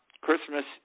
Christmas